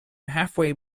halfway